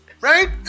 right